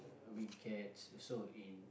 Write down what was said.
I mean cats also in